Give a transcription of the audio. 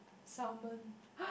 salmon